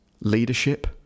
leadership